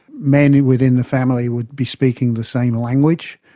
men within the family would be speaking the same language,